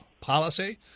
policy